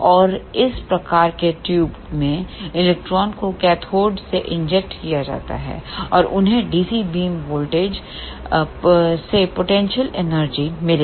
और इस प्रकार के ट्यूबों में इलेक्ट्रॉनों को कैथोड से इंजेक्ट किया जाता है और उन्हें DC बीम वोल्टेज सेपोटेंशियल एनर्जी मिलेगी